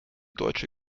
deutsche